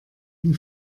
ihn